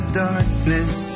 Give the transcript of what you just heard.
darkness